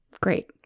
great